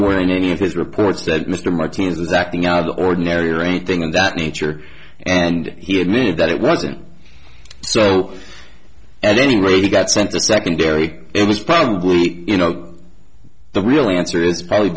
where in any of his reports that mr martinez was acting out of the ordinary or anything of that nature and he admitted that it wasn't so at any rate he got sent to secondary it was probably you know the real answer is probably